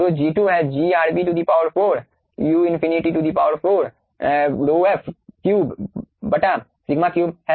तो G2 है gRb4 u∞4ρf 3 σ3 है